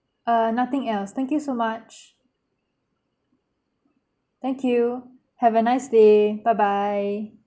uh nothing else thank you so much thank you have a nice day bye bye